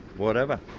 whatever.